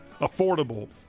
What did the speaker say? affordable